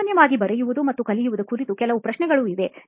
ಸಾಮಾನ್ಯವಾಗಿ ಬರೆಯುವುದು ಮತ್ತು ಕಲಿಯುವುದು ಕುರಿತು ಕೆಲವು ಪ್ರಶ್ನೆಗಳು ಇವೆ